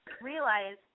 realize